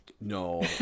No